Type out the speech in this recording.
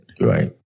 Right